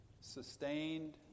sustained